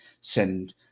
send